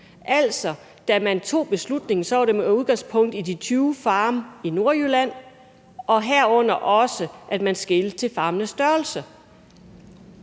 Altså, da man tog beslutningen, var det med udgangspunkt i de 20 farme i Nordjylland, og herunder skelede man også til farmenes størrelse.